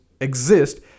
exist